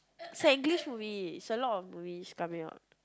movie is a lot of movies coming up